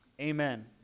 Amen